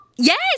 Yes